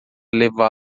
levá